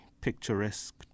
picturesque